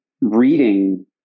reading